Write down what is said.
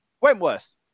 Wentworth